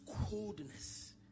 coldness